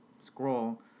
scroll